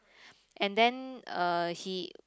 and then uh he